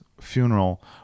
funeral